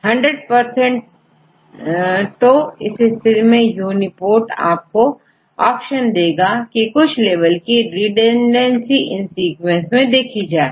100 परसेंटतो इस स्थिति मेंUniProt आपको ऑप्शन देगा कि कुछ लेवल की रिडंडेंसी इन सीक्वेंस में देखी जाए